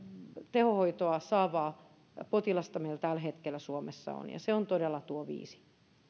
tehohoitoa saavaa potilasta tällä hetkellä meillä suomessa on ja se luku on todella tuo viisi